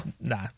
nah